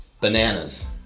Bananas